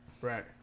Right